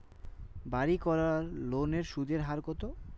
বাড়ির করার লোনের সুদের হার কত?